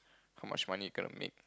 how much money you gonna make